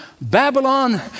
Babylon